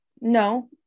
no